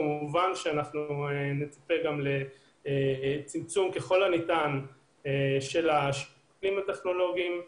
כמובן שנצפה לצמצום ככל הניתן של האמצעים הטכנולוגיים.